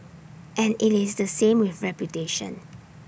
and IT is the same with reputation